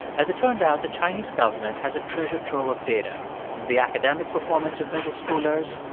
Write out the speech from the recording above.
as it turned out, the chinese government has a treasure trove of data the academic performance of middle schoolers,